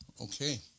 Okay